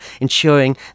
ensuring